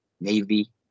Navy